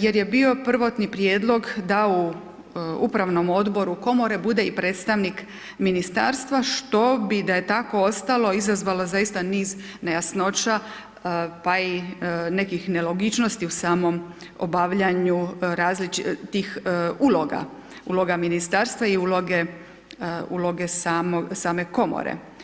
jer je bio prvotni prijedlog da u upravnom odboru komore bude i predstavnik ministarstva što bi da je tako ostalo, izazvalo zaista niz nejasnoća pa i nekih nelogičnosti u samom obavljanju različitih uloga, uloga ministarstva i uloge same komore.